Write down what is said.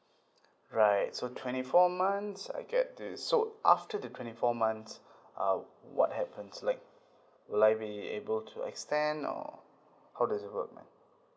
alright so twenty four months I get this so after the twenty four months uh what happens like will I be able to extend or how does it work man